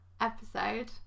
episode